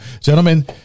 gentlemen